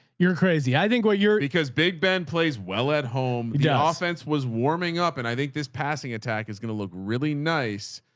you're crazy. i think what you're because big ben plays well at home yeah um offense was warming up and i think this passing attack is going to look really nice.